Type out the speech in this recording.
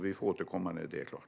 Vi får återkomma när det är klart.